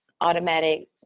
automatic